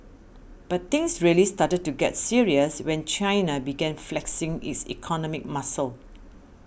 but things really started to get serious when China began flexing its economic muscle